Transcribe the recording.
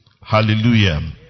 Hallelujah